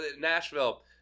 Nashville